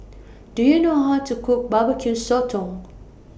Do YOU know How to Cook Barbecue Sotong